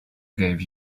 gave